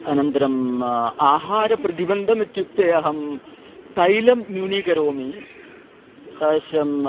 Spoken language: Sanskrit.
अनन्तरम् आहारप्रतिबन्धमित्युक्ते अहं तैलं न्यूनीकरोमि तादृशं